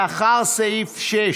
לאחר סעיף 6,